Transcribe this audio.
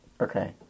Okay